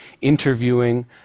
interviewing